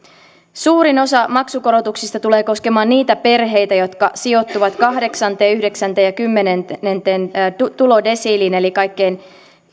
suurin osa maksukorotuksista tulee koskemaan niitä perheitä jotka sijoittuvat kahdeksan yhdeksäs ja kymmenenteen tulodesiiliin eli kaikkein